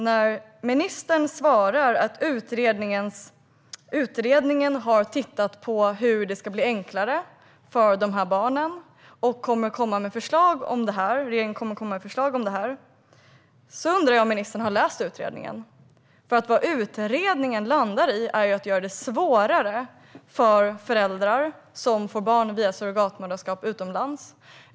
När ministern svarar att utredningen har tittat på hur det ska bli enklare för dessa barn och att regeringen kommer att komma med förslag om det undrar jag om han har läst utredningen. Vad utredningen landar i är ju att göra det svårare för föräldrar som får barn via surrogatmoderskap utomlands.